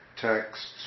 texts